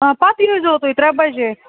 آ پَتہٕ ییٖزیٚو تُہۍ ترٛےٚ بَجے